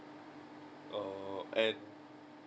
uh and